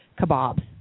kebabs